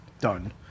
done